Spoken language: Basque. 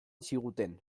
ziguten